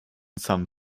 some